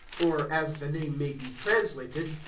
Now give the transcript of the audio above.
or, as the name may be translated,